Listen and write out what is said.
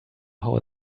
how